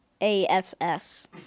A-S-S